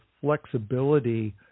flexibility